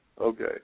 Okay